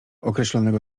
określonego